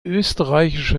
österreichische